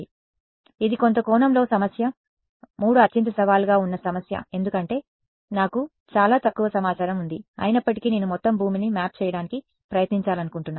కాబట్టి ఇది కొంత కోణంలో సమస్య 3 అత్యంత సవాలుగా ఉన్న సమస్య ఎందుకంటే నాకు చాలా తక్కువ సమాచారం ఉంది అయినప్పటికీ నేను మొత్తం భూమిని మ్యాప్ చేయడానికి ప్రయత్నించాలనుకుంటున్నాను